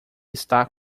está